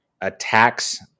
attacks